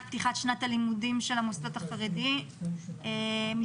פתיחת שנת הלימודים של המוסדות החרדים מספרים,